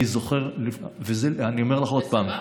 אני זוכר, ואני אומר לך עוד פעם,